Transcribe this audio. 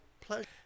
pleasure